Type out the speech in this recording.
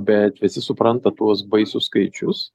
bet visi supranta tuos baisius skaičius